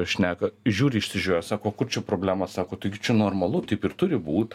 šneka žiūri išsižioję sako o kur čia problema sako taigi čia normalu taip ir turi būt